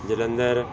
Jalandhar